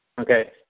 okay